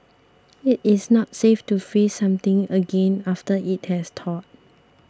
it is not safe to freeze something again after it has thawed